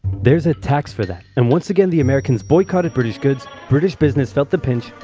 there's a tax for that. and once again the americans boycotted british goods, british business felt the pinch,